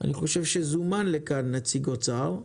אני חושב שזומן לכאן נציג אוצר,